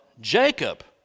Jacob